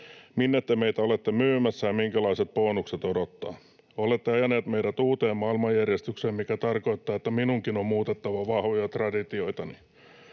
Minne te meitä olette myymässä, ja minkälaiset bonukset odottavat? Olette ajaneet meidät uuteen maailmanjärjestykseen, mikä tarkoittaa, että minunkin on muutettava vahvoja traditioitani.